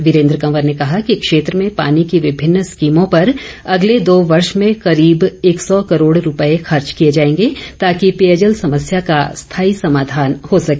वीरेन्द्र कंवर ने कहा कि क्षेत्र में पानी की विभिन्न स्कीमों पर अगले दो वर्ष में कशीब एक सौ करोड़ रूपये खर्च किए जाएंगे ताकि पेयजल समस्या का स्थाई समाधान हो सके